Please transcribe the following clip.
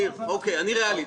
ניר, אני ריאלי.